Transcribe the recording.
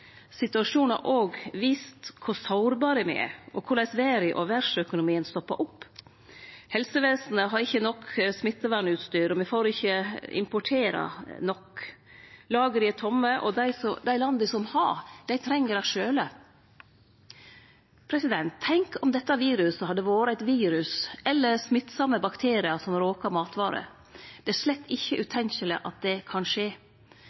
Situasjonen har òg vist kor sårbare me er, og korleis verda og verdsøkonomien stoppar opp. Helsevesenet har ikkje nok smittevernutstyr, me får ikkje importere nok. Lagera er tomme, og dei landa som har, treng det sjølve. Tenk om dette viruset hadde vore eit virus eller smittsame bakteriar som råka matvarer, det er slett ikkje utenkjeleg at det kan skje.